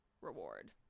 reward